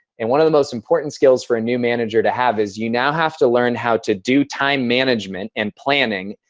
and one of the most important skills for a new manager to have is you now have to learn how to do time management and planning.